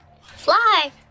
Fly